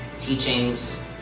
teachings